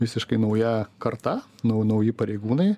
visiškai nauja karta nau nauji pareigūnai